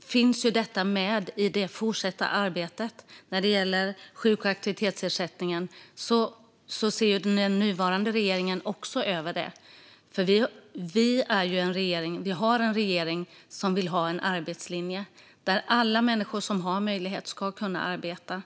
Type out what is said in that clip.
finns detta med i det fortsatta arbetet. Den nuvarande regeringen ser även över sjuk och aktivitetsersättningen. Vi har en regering som vill ha en arbetslinje och som vill att alla människor som har möjlighet ska arbeta.